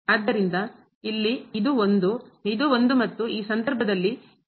ಆದ್ದರಿಂದ ಇಲ್ಲಿ ಇದು 1 ಇದು 1 ಮತ್ತು ಈ ಸಂದರ್ಭದಲ್ಲಿ ಅದು ಚದರ ಆಗಿದೆ